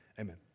amen